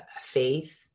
faith